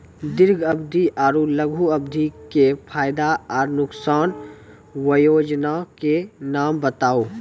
दीर्घ अवधि आर लघु अवधि के फायदा आर नुकसान? वयोजना के नाम बताऊ?